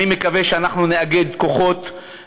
אני מקווה שאנחנו נאגד כוחות,